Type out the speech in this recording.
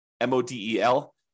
M-O-D-E-L